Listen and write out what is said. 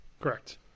Correct